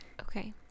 Okay